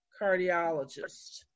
cardiologist